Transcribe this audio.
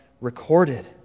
recorded